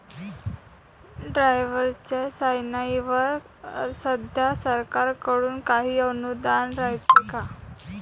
ट्रॅक्टरच्या साधनाईवर सध्या सरकार कडून काही अनुदान रायते का?